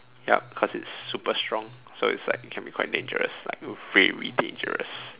yup cause it's super strong so it's like it can be quite dangerous like very dangerous